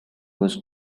was